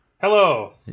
Hello